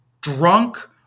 drunk